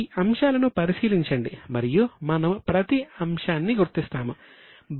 ఈ అంశాలను పరిశీలించండి మరియు మనము ప్రతి అంశాన్ని గుర్తిస్తాము